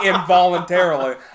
involuntarily